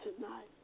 tonight